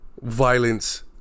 violence